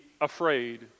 afraid